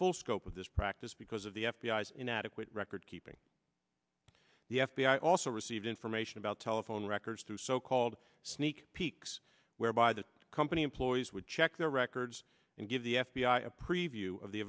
full scope of this practice because of the f b i s inadequate record keeping the f b i also received information about telephone records through so called sneak peeks whereby the company employees would check their records and give the f b i a preview of the